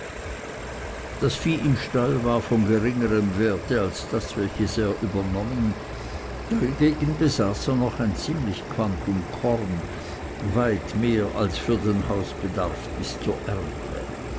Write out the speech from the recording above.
das vieh im stall war von geringerem werte als das welches er übernommen dagegen besaß er noch ein ziemlich quantum korn weit mehr als für den hausbedarf bis zur ernte